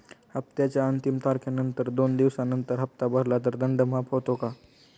हप्त्याच्या अंतिम तारखेनंतर दोन दिवसानंतर हप्ता भरला तर दंड माफ होतो का?